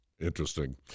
interesting